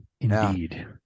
Indeed